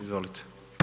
Izvolite.